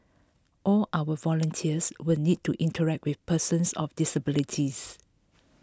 all our volunteers will need to interact with persons of disabilities